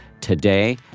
today